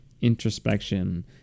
introspection